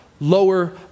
lower